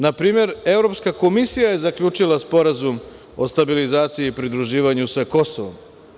Na primer, Evropska komisija je zaključila Sporazum o stabilizacijii pridruživanju sa Kosovom.